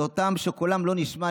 לאלה שקולם לא נשמע,